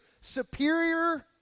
superior